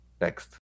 Next